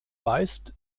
weist